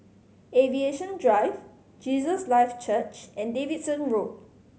Aviation Drive Jesus Lives Church and Davidson Road